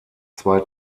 zwei